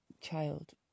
child